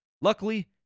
Luckily